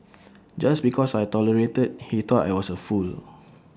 just because I tolerated he thought I was A fool